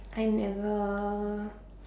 I never